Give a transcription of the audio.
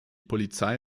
polizei